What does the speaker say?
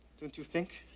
don't you think,